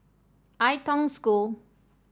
Ai Tong School